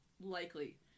likely